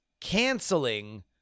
canceling